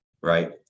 right